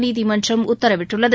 நீதிமன்றம் உத்தரவிட்டுள்ளது